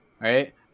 right